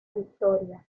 victoria